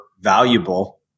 valuable